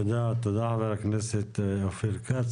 תודה רבה חבר הכנסת אופיר כץ.